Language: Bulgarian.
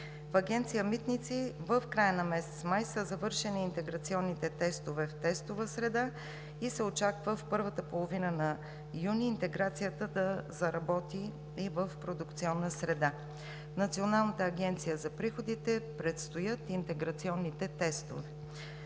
В Агенция „Митници“ в края на месец май са завършени интеграционните тестове в тестова среда и се очаква в първата половина на юни интеграцията да заработи и в продукционна среда. В Националната агенция за приходите предстоят интеграционните тестове.